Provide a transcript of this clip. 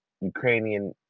Ukrainian